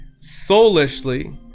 soulishly